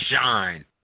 shine